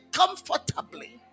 comfortably